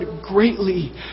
greatly